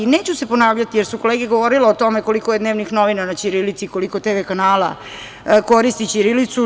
Neću se ponavljati jer su kolege govorile o tome koliko je dnevnih novina na ćirilici, koliko TV kanala koristi ćirilicu.